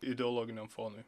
ideologiniam fonui